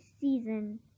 season